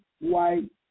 White